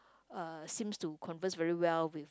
uh seems to converse very well with